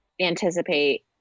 anticipate